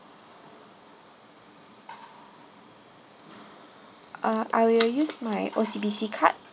uh I will use my O_C_B_C card